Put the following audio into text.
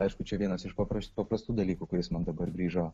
aišku čia vienas iš papras paprastų dalykų kuris man dabar grįžo